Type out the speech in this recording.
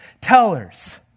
tellers